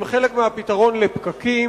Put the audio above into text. הם חלק מהפתרון של הפקקים,